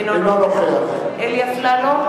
אינו נוכח אלי אפללו,